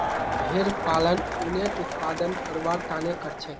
भेड़ पालन उनेर उत्पादन करवार तने करछेक